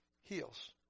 Heals